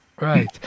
Right